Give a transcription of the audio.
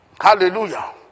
Hallelujah